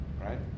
right